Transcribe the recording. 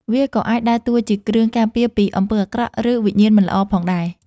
វាក៏អាចដើរតួជាគ្រឿងការពារពីអំពើអាក្រក់ ឬវិញ្ញាណមិនល្អផងដែរ។